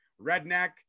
redneck